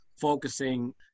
focusing